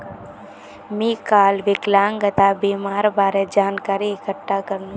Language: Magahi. मी काल विकलांगता बीमार बारे जानकारी इकठ्ठा करनु